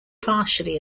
partially